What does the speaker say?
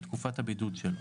ותקופת הבידוד שלו.